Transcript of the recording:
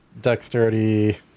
dexterity